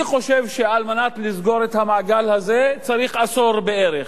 אני חושב שעל מנת לסגור את המעגל הזה צריך עשור בערך.